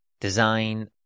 design